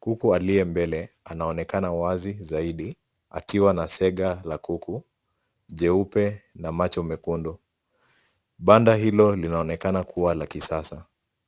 Kuku aliye mbele anaonekana wazi zaidi akiwa na sega la kuku jeupe na macho mekundu. Banda hilo linaonekana kuwa la kisasa.